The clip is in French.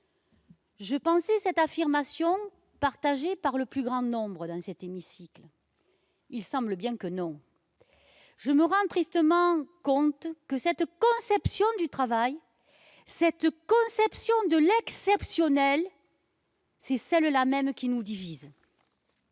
Je pensais cette affirmation partagée par le plus grand nombre d'entre nous dans cet hémicycle. Il semble bien que non. Je me rends tristement compte que cette conception du travail, cette conception de l'exceptionnel, est celle-là même qui nous divise.